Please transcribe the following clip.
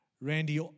Randy